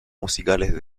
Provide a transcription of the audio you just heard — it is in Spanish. musicales